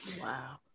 Wow